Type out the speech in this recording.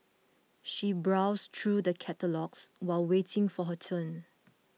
she browsed through the catalogues while waiting for her turn